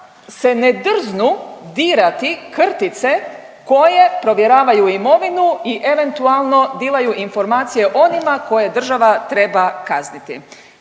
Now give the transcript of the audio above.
se ne drznu dirati krtice koje provjeravaju imovinu i eventualno dilaju informacije onima koje država treba kazniti.